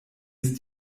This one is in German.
ist